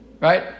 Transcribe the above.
right